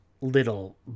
little